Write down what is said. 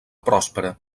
pròspera